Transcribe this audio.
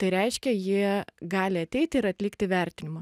tai reiškia jie gali ateiti ir atlikti vertinimą